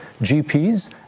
GPs